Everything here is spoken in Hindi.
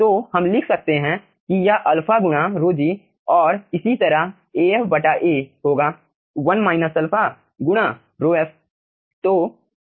तो हम लिख सकते हैं कि यह अल्फा गुणा ρg और इसी तरह Af बटा A होगा 1 - α गुणा ρf